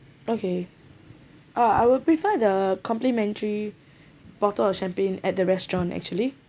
okay orh I will prefer the complimentary bottle of champagne at the restaurant actually